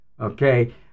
Okay